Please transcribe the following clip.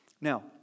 Now